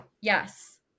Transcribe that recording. Yes